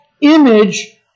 image